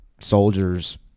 soldiers